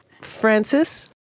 Francis